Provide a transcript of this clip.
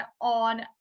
on